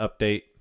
update